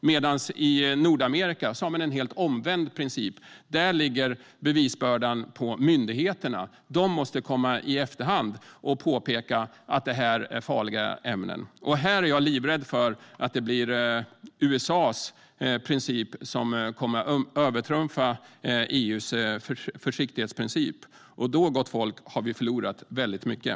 I Nordamerika har man den helt omvända principen. Där ligger bevisbördan på myndigheterna. De måste komma i efterhand och påpeka att det rör sig om farliga ämnen. Jag är livrädd för att det blir USA:s princip som kommer att övertrumfa EU:s försiktighetsprincip. Då, gott folk, har vi förlorat väldigt mycket.